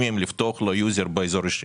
לפתוח לו "יוזר" באזור האישי.